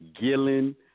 Gillen